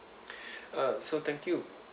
uh so thank you